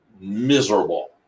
miserable